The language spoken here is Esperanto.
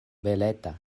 beleta